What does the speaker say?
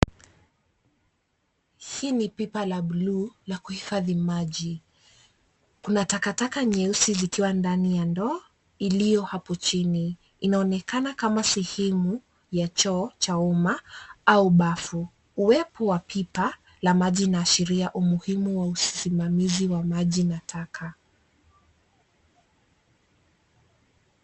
Hii ni pipa la blue la kuhifadhi maji. Kuna takataka nyeusi zikiwa ndani ya ndoo iliyo hapo chini. Inaonekana kama sehemu ya choo cha umma au bafu. Uwepo wa pipa la maji unaashiria umuhimu wa usimamizi wa maji na taka.